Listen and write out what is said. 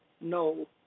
No